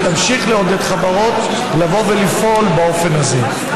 ותמשיך לעודד חברות לבוא ולפעול באופן הזה.